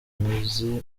imizi